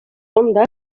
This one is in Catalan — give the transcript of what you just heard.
fonda